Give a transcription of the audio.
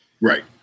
Right